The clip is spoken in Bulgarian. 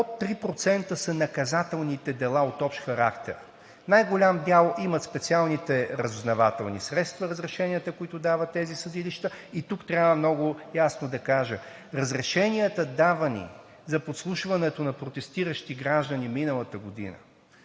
под 3% са наказателните дела от общ характер. Най-голям дял имат специалните разузнавателни средства – разрешенията, които дават тези съдилища. И тук трябва много ясно да кажа: разрешенията, давани за подслушването на протестиращи граждани миналата година,